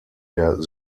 der